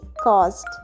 caused